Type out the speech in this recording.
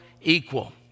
equal